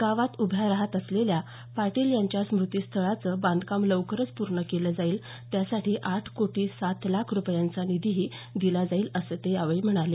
गावात उभ्या राहत असलेल्या पाटील यांच्या स्मृतीस्थळाचं बांधकाम लवकरच पूर्ण केलं जाईल त्यासाठी आठ कोटी सात लाख रुपयाचा निधीही दिला जाईल असं ते यावेळी म्हणाले